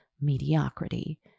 mediocrity